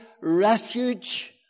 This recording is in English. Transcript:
refuge